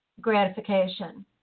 gratification